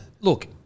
look